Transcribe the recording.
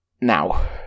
now